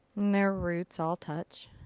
their roots all touch.